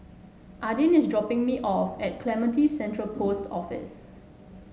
Adin is dropping me off at Clementi Central Post Office